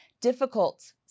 difficult